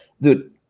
dude